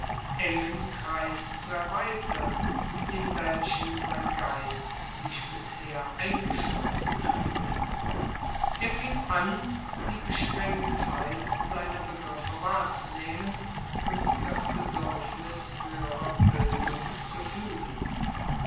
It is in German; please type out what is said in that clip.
engen kreis zu erweitern in welchen sein geist sich bisher eingeschlossen hatte er fing an die beschränktheit seiner begriffe wahrzunehmen und das bedürfnis höherer bildung zu fühlen